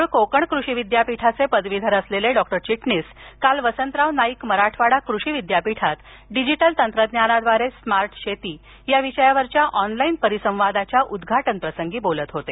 मुळ कोकण कृषि विद्यापीठाचे पदवीधर असलेले डॉक्टर चिटणिस काल वसंतराव नाईक मराठवाडा कृषि विद्यापीठात डिजीटल तंत्रज्ञानाव्दारे स्मार्ट शेती या विषयावरील ऑनलाईन परिसंवादाच्या उद्घाटनप्रसंगी बोलत होते